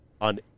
on